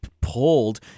pulled